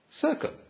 circle